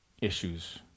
issues